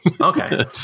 Okay